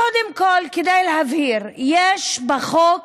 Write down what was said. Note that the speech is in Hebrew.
קודם כול, כדי להבהיר: יש בחוק